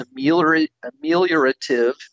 ameliorative